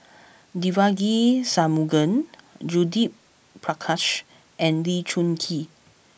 Devagi Sanmugam Judith Prakash and Lee Choon Kee